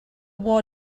war